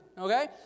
okay